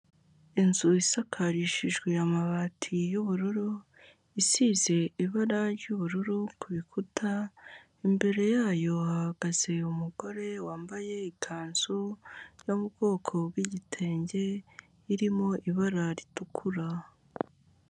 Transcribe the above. Inzu isakarishijwe amabati y'ubururu, isize ibara ry'ubururu ku bikuta, imbere yayo hahagaze umugore wambaye ikanzu yo mu bwoko bw'igitenge, irimo ibara ritukura.